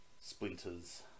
splinters